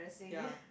ya